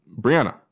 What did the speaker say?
Brianna